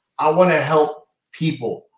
i wanna help people.